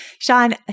Sean